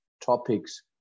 topics